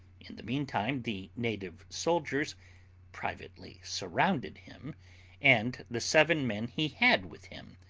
in the meantime the native soldiers privately surrounded him and the seven men he had with him,